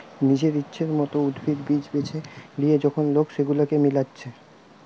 নিজের ইচ্ছের মত উদ্ভিদ, বীজ বেছে লিয়ে যখন লোক সেগুলাকে মিলাচ্ছে